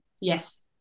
Yes